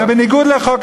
זה בניגוד לחוק,